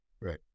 Right